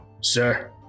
Sir